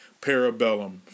Parabellum